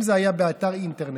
אם זה היה באתר אינטרנט,